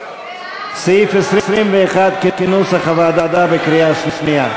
סעיף 21, כנוסח הוועדה, בקריאה שנייה.